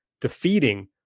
defeating